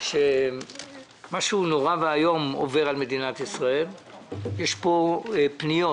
משהו נורא ואיום עובר על מדינת ישראל - יש פה פניות